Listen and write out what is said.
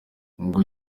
ngo